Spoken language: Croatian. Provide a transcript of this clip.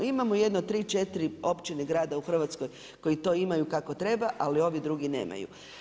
Imamo jedno tri, četiri općine, grada u Hrvatskoj koji to imaju kako treba, ali ovi drugi nemaju.